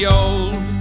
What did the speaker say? old